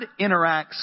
interacts